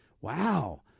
Wow